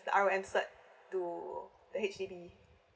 the R_M cert to H_D_B